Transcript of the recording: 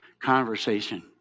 conversation